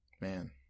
man